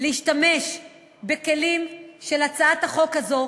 להשתמש בכלים של הצעת החוק הזאת